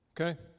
Okay